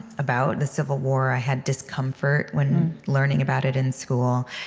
about the civil war. i had discomfort when learning about it in school.